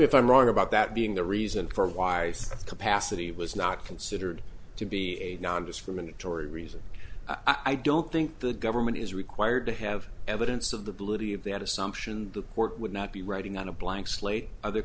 me if i'm wrong about that being the reason for why some capacity was not considered to be a nondiscriminatory reason i don't think the government is required to have evidence of the booty of that assumption the court would not be writing on a blank slate other